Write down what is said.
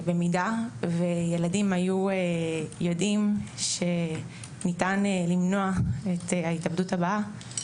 במידה וילדים היו יודעים שניתן למנוע את ההתאבדות הבאה,